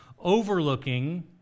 overlooking